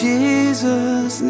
Jesus